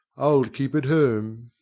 i'll keep at home.